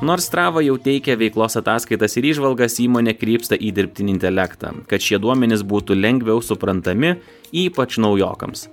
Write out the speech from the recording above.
nors strava jau teikia veiklos ataskaitas ir įžvalgas įmonė krypsta į dirbtinį intelektą kad šie duomenys būtų lengviau suprantami ypač naujokams